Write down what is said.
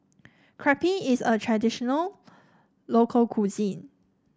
crepe is a traditional local cuisine